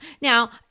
Now